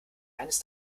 eines